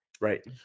Right